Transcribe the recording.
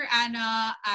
Anna